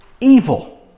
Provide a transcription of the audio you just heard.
evil